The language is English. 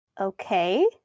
Okay